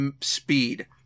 speed